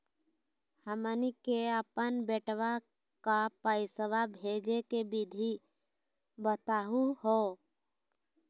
हमनी के अपन बेटवा क पैसवा भेजै के विधि बताहु हो?